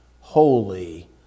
holy